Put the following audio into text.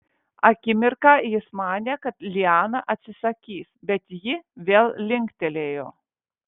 akimirką jis manė kad liana atsisakys bet ji vėl linktelėjo